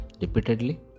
repeatedly